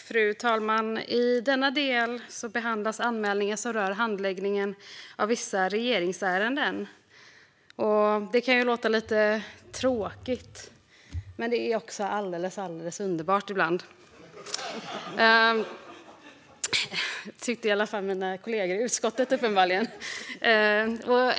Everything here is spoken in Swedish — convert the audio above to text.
Fru talman! I denna del behandlas anmälningar som rör handläggningen av vissa regeringsärenden. Det kan låta lite tråkigt, men det är också alldeles, alldeles underbart ibland. Det tyckte i alla fall uppenbarligen mina kollegor i utskottet.